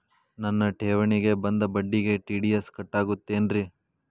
ನನ್ನ ಠೇವಣಿಗೆ ಬಂದ ಬಡ್ಡಿಗೆ ಟಿ.ಡಿ.ಎಸ್ ಕಟ್ಟಾಗುತ್ತೇನ್ರೇ?